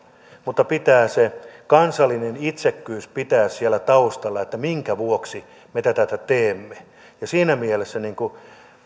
mutta pitää se kansallinen itsekkyys pitää siellä taustalla että minkä vuoksi me tätä teemme ja siinä mielessä